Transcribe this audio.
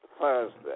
Thursday